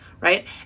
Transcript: right